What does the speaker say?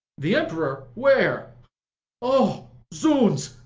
the emperor! where o, zounds,